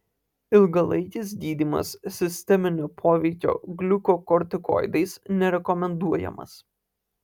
ilgalaikis gydymas sisteminio poveikio gliukokortikoidais nerekomenduojamas